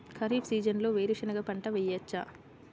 ఖరీఫ్ సీజన్లో వేరు శెనగ పంట వేయచ్చా?